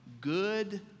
Good